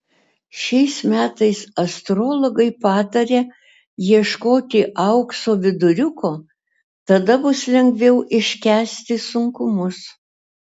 šiais metais astrologai pataria ieškoti aukso viduriuko tada bus lengviau iškęsti sunkumus